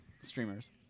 streamers